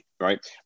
right